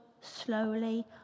slowly